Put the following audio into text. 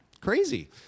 Crazy